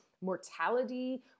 mortality